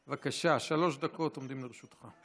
בבקשה, שלוש דקות עומדות לרשותך.